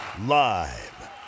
Live